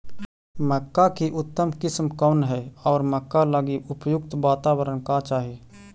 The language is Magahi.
मक्का की उतम किस्म कौन है और मक्का लागि उपयुक्त बाताबरण का चाही?